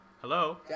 Hello